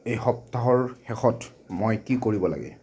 এই সপ্তাহৰ শেষত মই কি কৰিব লাগে